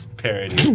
parody